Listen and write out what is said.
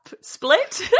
split